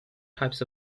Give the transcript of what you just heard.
types